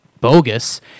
bogus